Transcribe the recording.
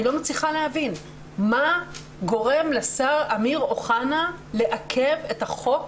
אני לא מצליחה להבין מה גורם לשר אמיר אוחנה לעכב את החוק